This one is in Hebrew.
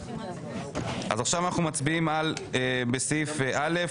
עכשיו אנחנו מצביעים על סעיף א.